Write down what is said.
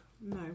No